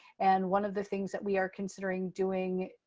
and one of the things that we are considering doing,